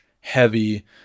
heavy